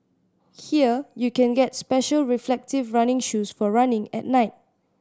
here you can get special reflective running shoes for running at night